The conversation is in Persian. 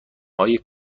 های